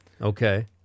Okay